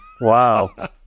Wow